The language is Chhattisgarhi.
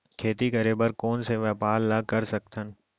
खेती करे बर कोन से व्यापार ला कर सकथन?